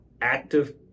active